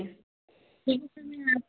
जी